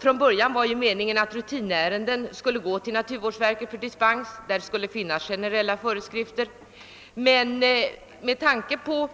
Från början var det meningen att rutinärenden skulle gå till naturvårdsverket för dispens och att man där skulle tillämpa generella föreskrifter, men med tanke på